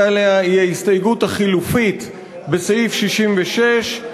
עליה היא ההסתייגות לחלופין מס' 66,